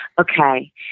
Okay